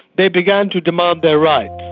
they began to demand their rights.